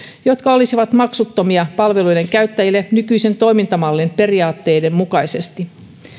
jotka olisivat maksuttomia palveluiden käyttäjille nykyisen toimintamallin periaatteiden mukaisesti